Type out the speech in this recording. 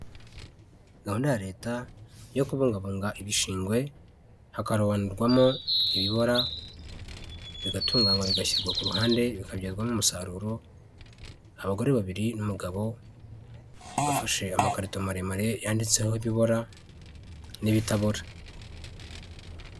Gahunda Leta yo kubungabunga ibishingwe hakarobanurwamo ibibora bigatunganywa bigashyirwa ku ruhande bikabyazwamo umusaruro. Abagore babiri n'umugabo bafashe amakarito maremare yanditseho ibibora n'ibitabora.